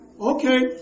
Okay